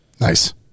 Nice